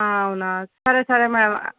అవునా సరే సరే మ్యాడమ్